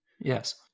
Yes